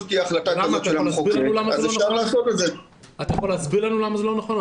אתה יכול להסביר לנו למה זה לא נכון?